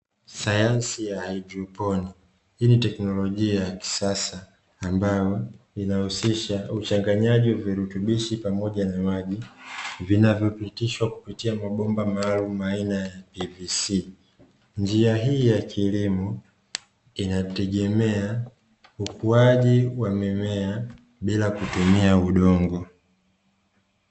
Sayansi ya hydroponi, hii ni teknolojia ya kisasa ambayo inahusisha uchanganyaji wa virutubishi pamoja namaji, vinavyopitia kupitia mabomba maalumu aina ya pvc, njia hii ya kilimo inategemea ukuaji wa mimea bila kutumia udongo.